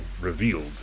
revealed